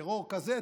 טרור כזה,